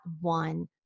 one